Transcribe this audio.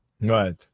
Right